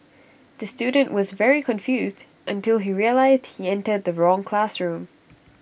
the student was very confused until he realised he entered the wrong classroom